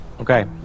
Okay